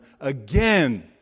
again